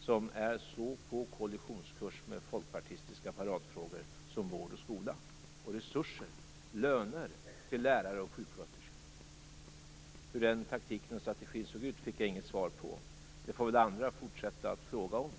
som är så på kollisionskurs med folkpartistiska paradfrågor som vård och skola, resurser, löner till lärare och sjuksköterskor. Hur den taktiken och strategin ser ut fick jag inget svar på. Det får väl andra fortsätta att ställa frågor om.